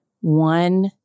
one